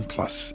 Plus